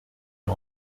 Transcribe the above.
est